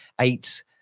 Eight